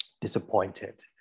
disappointed